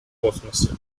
космосе